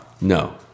No